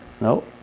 no